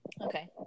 Okay